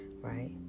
right